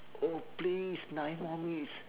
oh please nine more minutes